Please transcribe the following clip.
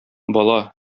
бала